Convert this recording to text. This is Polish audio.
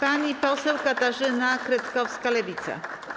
Pani poseł Katarzyna Kretkowska, Lewica.